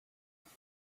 nikt